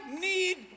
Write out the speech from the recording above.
need